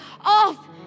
Off